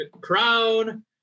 crown